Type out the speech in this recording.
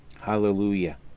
Hallelujah